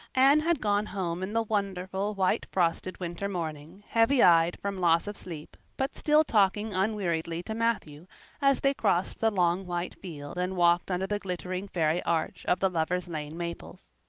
anne had gone home in the wonderful, white-frosted winter morning, heavy eyed from loss of sleep, but still talking unweariedly to matthew as they crossed the long white field and walked under the glittering fairy arch of the lover's lane maples.